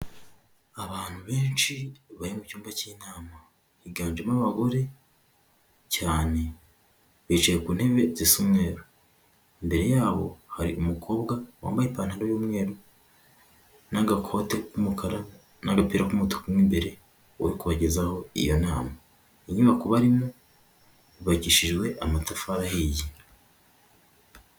Abantu benshi bari mu cyumba cy'inama higanjemo abagore cyane, bicaye ku ntebe zisa umweru, imbere yabo hari umukobwa wambaye ipantaro y'umweru n'agakote k'umukara n'agapira k'umutuku mo imbere, uri kubagezaho iyo nama, inyubako barimo yubakishijwe amatafari ahiye.